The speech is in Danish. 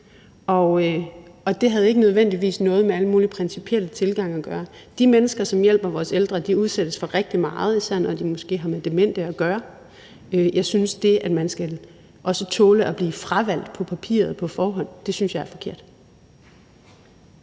og det havde ikke nødvendigvis noget med alle mulige principielle tilgange at gøre. De mennesker, som hjælper vores ældre, udsættes for rigtig meget, især når de måske har med demente at gøre. Jeg synes, at det, at man også skal tåle at blive fravalgt på papiret på forhånd, er forkert.